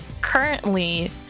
currently